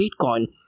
Bitcoin